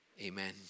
Amen